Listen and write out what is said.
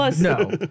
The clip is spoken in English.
no